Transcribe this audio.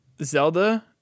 zelda